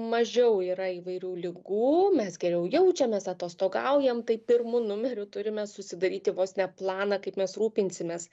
mažiau yra įvairių ligų mes geriau jaučiamės atostogaujam tai pirmu numeriu turime susidaryti vos ne planą kaip mes rūpinsimės